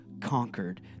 conquered